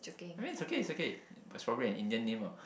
I mean it's okay it's okay it's probably an Indian name lah